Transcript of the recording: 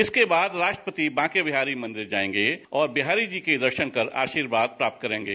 इसके बाद राष्ट्रपति बांके बिहारी मंदिर जाएंगे और बिहारी जी के दर्शन कर आशीर्वाद प्राप्त करेंगे